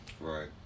Right